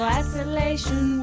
isolation